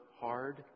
hard